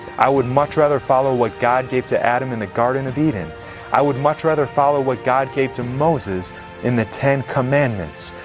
i would much rather follow what god gave to adam in the garden of eden i would much rather follow what god gave to moses in the ten commandments.